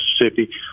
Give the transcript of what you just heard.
Mississippi